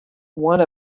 one